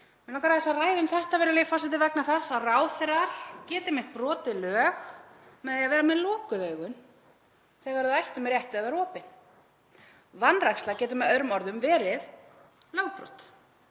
Mig langar aðeins að ræða um þetta, virðulegi forseti, vegna þess að ráðherrar geta einmitt brotið lög með því að vera með lokuð augun þegar þau ættu með réttu að vera opin. Vanræksla getur með öðrum orðum verið lögbrot.